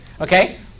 Okay